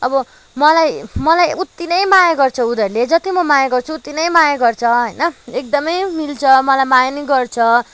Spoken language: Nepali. अब मलाई मलाई उत्ति नै माया गर्छ उनीहरूले जत्ति म माया गर्छु उत्ति नै माया गर्छ होइन एकदमै मिल्छ मलाई माया पनि गर्छ